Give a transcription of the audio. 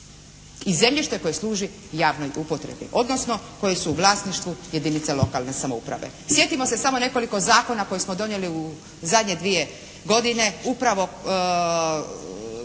I zemljište koje služi javnoj upotrebi, odnosno koji su u vlasništvo jedinice lokalne samouprave. Sjetimo se samo nekoliko zakone koje smo donijeli u zadnje dvije godine upravo